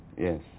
Yes